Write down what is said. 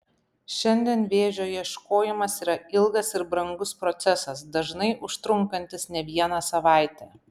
šiandien vėžio ieškojimas yra ilgas ir brangus procesas dažnai užtrunkantis ne vieną savaitę